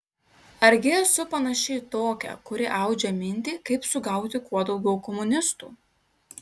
argi esu panaši į tokią kuri audžia mintį kaip sugauti kuo daugiau komunistų